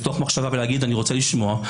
לפתוח מחשבה ולהגיד: אני רוצה לשמוע,